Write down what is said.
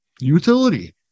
Utility